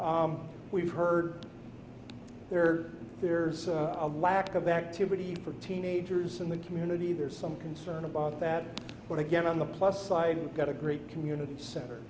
we've heard there are there's a lack of activity for teenagers in the community there's some concern about that but again on the plus side we've got a great community center